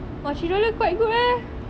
!wah! three dollar quite good eh